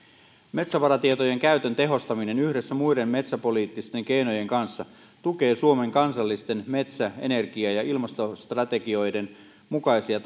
metsävaratietojen käytön tehostaminen yhdessä muiden metsäpoliittisten keinojen kanssa tukee suomen kansallisten metsä energia ja ilmastostrategioiden mukaisia